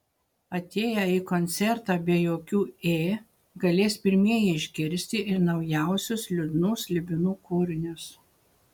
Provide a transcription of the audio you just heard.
atėję į koncertą be jokių ė galės pirmieji išgirsti ir naujausius liūdnų slibinų kūrinius